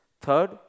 Third